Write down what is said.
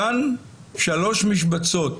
אותן שלוש משבצות